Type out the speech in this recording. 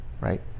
right